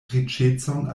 riĉecon